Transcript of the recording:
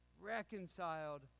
reconciled